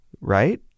right